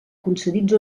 concedits